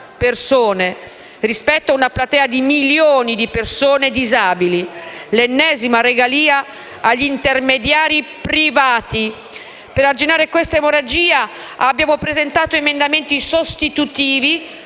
Per arginare questa emorragia abbiamo presentato emendamenti sostitutivi,